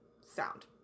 sound